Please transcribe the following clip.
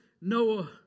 Noah